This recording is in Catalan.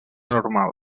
normal